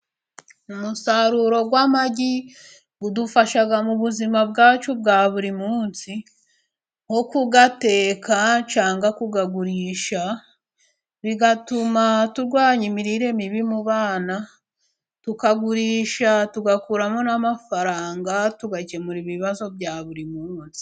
Umusaruro w'amagi udufasha, mu buzima bwacu bwa buri munsi, nko kuyateka cyangwa kuyagurisha, bigatuma turwanya imirire mibi mu bana, tukagurisha tugakuramo n'amafaranga, tugakemura ibibazo bya buri munsi.